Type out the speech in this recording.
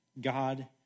God